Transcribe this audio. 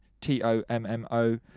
T-O-M-M-O